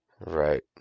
Right